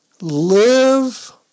Live